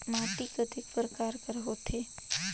माटी कतेक परकार कर होथे?